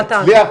זה יצליח,